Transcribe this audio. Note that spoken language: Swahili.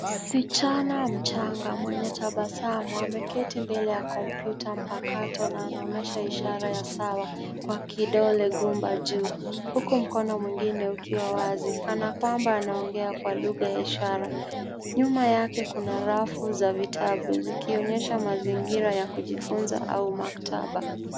Msichana mchanga mwenye tabasamu ameketi mbele ya komputa mpakato na anaonyesha ishara ya sawa kwa kidole gumba juu. Huku mkono mwingine ukiwa wazi kana kwamba anaongea kwa lugha ya ishara. Nyuma yake kuna rafu za vitabu zikionyesha mazingira ya kujifunza au maktaba.